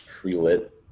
pre-lit